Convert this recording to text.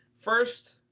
first